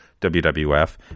WWF